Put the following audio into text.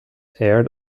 aired